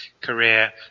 career